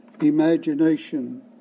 imagination